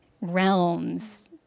realms